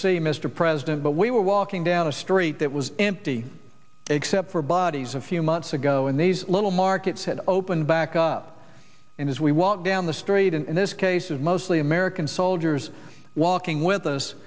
see mr president but we were walking down a street that was empty except for bodies a few months ago and these little markets had opened back up and as we walk down the street and in this case of mostly american soldiers walking with us